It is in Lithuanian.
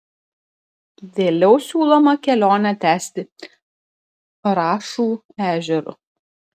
vėliau siūloma kelionę tęsti rašų ežeru